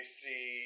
see